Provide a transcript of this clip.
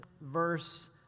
verse